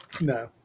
No